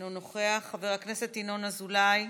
אינו נוכח, חבר הכנסת ינון אזולאי,